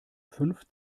fünf